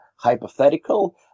hypothetical